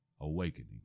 Awakening